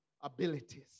abilities